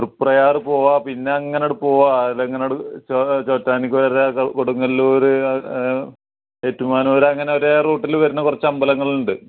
തൃപ്രയാർ പോവാം പിന്നെ അങ്ങനെ അങ്ങോട്ട് പോവാം അതിൽ അങ്ങനെ അങ്ങോട്ട് ചോ ചോറ്റാനിക്കര ഒക്കെ കൊടുങ്ങല്ലൂർ ഏറ്റുമാനൂർ അങ്ങനെ ഒരേ റൂട്ടിൽ വരുന്ന കുറച്ച് അമ്പലങ്ങൾ ഉണ്ട്